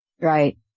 Right